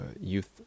youth